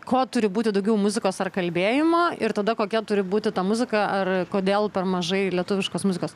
ko turi būti daugiau muzikos ar kalbėjimo ir tada kokia turi būti ta muzika ar kodėl per mažai lietuviškos muzikos